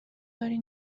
کاری